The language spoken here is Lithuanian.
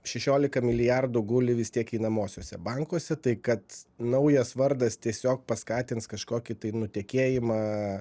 šešiolika milijardų guli vis tiek einamuosiuose bankuose tai kad naujas vardas tiesiog paskatins kažkokį tai nutekėjimą